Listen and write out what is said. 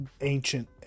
ancient